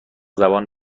زبان